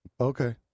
Okay